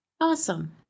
Awesome